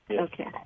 Okay